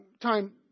time